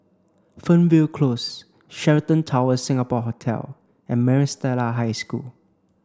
Fernvale Close Sheraton Towers Singapore Hotel and Maris Stella High School